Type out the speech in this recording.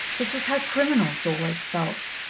this was how criminals always felt.